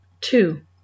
Two